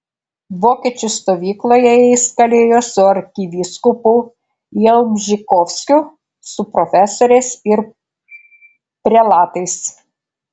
vokiečių stovykloje jis kalėjo su arkivyskupu jalbžykovskiu su profesoriais ir prelatais